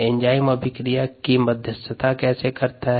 enzyme की अभिक्रिया की मध्यस्थता कैसे करता है